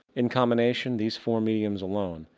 in combination these four mediums alone,